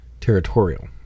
territorial